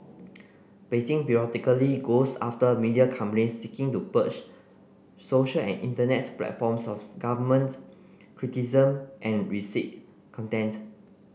Beijing periodically goes after media companies seeking to purge social and internet platforms of government criticism and risque content